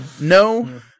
No